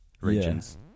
regions